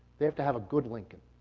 they have to have a good lincoln,